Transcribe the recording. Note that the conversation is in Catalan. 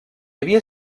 havia